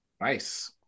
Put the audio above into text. Nice